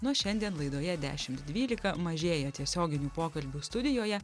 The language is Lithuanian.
nuo šiandien laidoje dešimt dvylika mažėja tiesioginių pokalbių studijoje